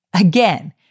Again